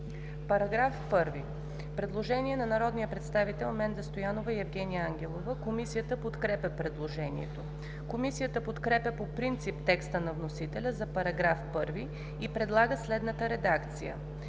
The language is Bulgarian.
параграф 1 има предложение от народните представители Менда Стоянова и Евгения Ангелова. Комисията подкрепя предложението. Комисията подкрепя по принцип текста на вносителя за § 1 и предлага следната редакция: